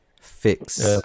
fix